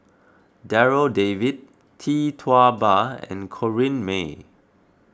Darryl David Tee Tua Ba and Corrinne May